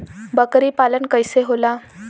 बकरी पालन कैसे होला?